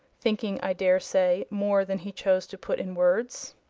thinking i daresay more than he chose to put in words.